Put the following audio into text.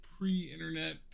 pre-internet